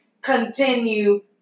continue